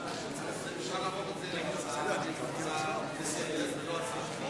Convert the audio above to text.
ואפשר להפוך את זה להצעה לסדר-היום ולא להצעת חוק.